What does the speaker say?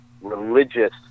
religious